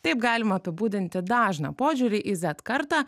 taip galima apibūdinti dažną požiūrį į zet kartą